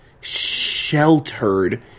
sheltered